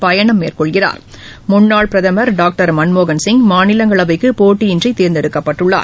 பயணம் மேற்கொள்கிறார் முன்னாள் பிரதமர் டாக்டர் மன்மோகன்சிங் மாநிலங்களவைக்கு போட்டியின்றி தேர்ந்தெடுக்கப்பட்டுள்ளார்